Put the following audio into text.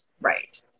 Right